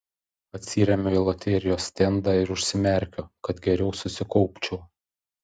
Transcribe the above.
atsiremiu į loterijos stendą ir užsimerkiu kad geriau susikaupčiau